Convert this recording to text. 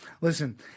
Listen